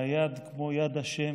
והיד כמו יד ה',